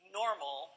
normal